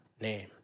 name